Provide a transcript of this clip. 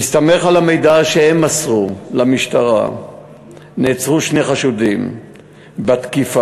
בהסתמך על המידע שהם מסרו למשטרה נעצרו שני חשודים בתקיפה.